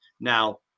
Now